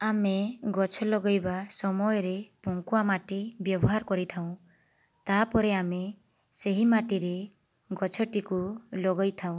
ଆମେ ଗଛ ଲଗେଇବା ସମୟରେ ପଙ୍କୁଆ ମାଟି ବ୍ୟବହାର କରିଥାଉଁ ତାପରେ ଆମେ ସେହି ମାଟିରେ ଗଛଟିକୁ ଲଗେଇଥାଉଁ